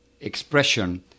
expression